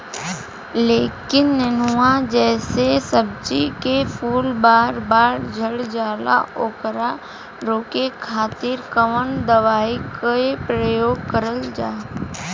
लौकी नेनुआ जैसे सब्जी के फूल बार बार झड़जाला ओकरा रोके खातीर कवन दवाई के प्रयोग करल जा?